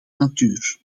natuur